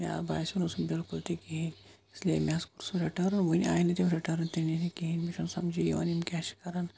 مےٚ باسیو نہٕ سُہ بِلکُل تہِ کِہیٖنۍ اِسلیے مےٚ حظ کوٚر سُہ رِٹٲرٕن وٕنہِ آے نہٕ تِم رٕٹٲرٕن تہِ نِنہِ کِہیٖنۍ مےٚ چھُنہٕ سَمجھی یِوان یِم کیاہ چھِ کَران